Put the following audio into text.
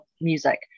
music